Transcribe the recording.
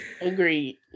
Agreed